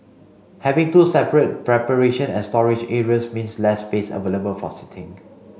having two separate preparation and storage areas means less space available for seating